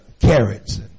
carrots